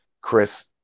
Chris